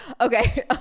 okay